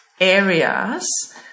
areas